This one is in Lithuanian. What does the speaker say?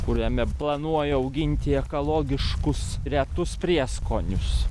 kuriame planuoju auginti ekologiškus retus prieskonius